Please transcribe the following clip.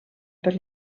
per